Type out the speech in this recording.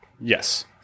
Yes